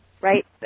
right